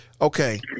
okay